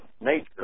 nature